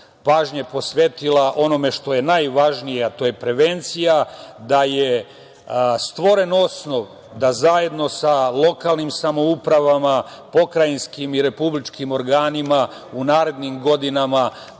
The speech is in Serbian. pažnje posvetila onome što je najvažnije, a to je prevencija, da je stvoren osnov da zajedno sa lokalnim samoupravama pokrajinskim i republičkim organima u narednim godinama